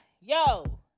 Yo